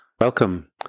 Welcome